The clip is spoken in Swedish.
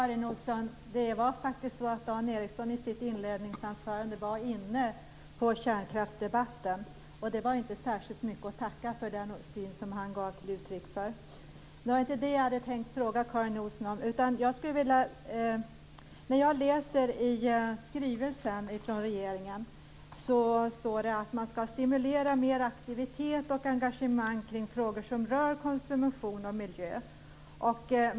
Herr talman! Dan Ericsson var faktiskt i sitt inledningsanförande, Karin Olsson, inne på kärnkraftsfrågan. Den syn som han gav uttryck för var inte särskilt mycket att hurra för. Men det var inte det som jag hade tänkt fråga Karin Olsson om. I regeringens skrivelse står det att man skall stimulera mer aktivitet och engagemang kring frågor som rör konsumtion och miljö.